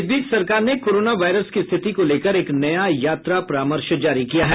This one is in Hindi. इस बीच सरकार ने कोरोना वायरस की स्थिति को लेकर एक नया यात्रा परामर्श जारी किया है